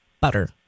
butter